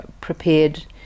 prepared